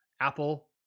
apple